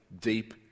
deep